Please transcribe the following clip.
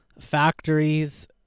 factories